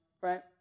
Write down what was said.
right